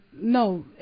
no